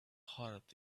heart